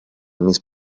miss